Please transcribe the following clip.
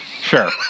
Sure